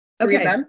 Okay